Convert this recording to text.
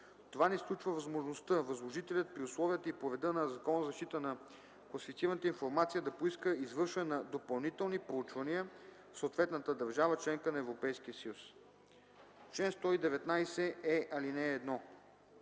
Това не изключва възможността възложителят, при условията и по реда на Закона за защита на класифицираната информация, да поиска извършване на допълнителни проучвания в съответната държава – членка на Европейския съюз. Чл. 119е.